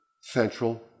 Central